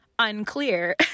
unclear